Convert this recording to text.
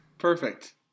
Perfect